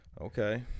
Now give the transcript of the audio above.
Okay